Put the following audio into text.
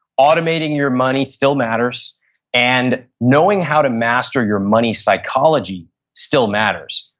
automating your money still matters and knowing how to master your money psychology still matters.